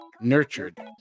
nurtured